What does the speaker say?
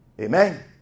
Amen